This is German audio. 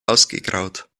ausgegraut